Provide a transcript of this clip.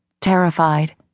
terrified